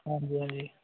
ਹਾਂਜੀ ਹਾਂਜੀ